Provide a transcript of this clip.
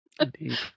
indeed